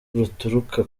ruturuka